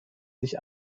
sich